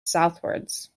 southwards